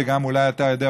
ואולי גם אתה יודע,